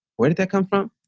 where did that come from?